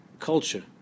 culture